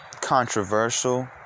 controversial